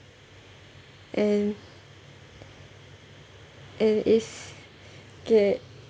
and and it's okay